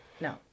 No